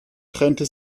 trennte